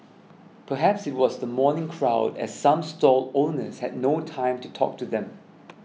perhaps it was the morning crowd as some stall owners had no time to talk to them